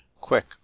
Quick